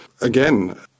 Again